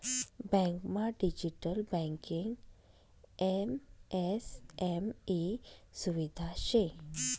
बँकमा digital banking MSME सुविधा शे